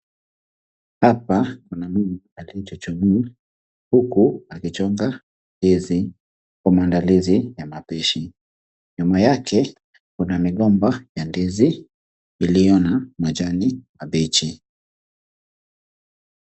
Hapa kuna mtu aliyechuchumaa, huku akichonga ndizi kwa maandalizi ya mapishi. Nyuma yake kuna migomba ya mandizi iliyo na majani mabichi.